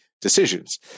decisions